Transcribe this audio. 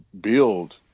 build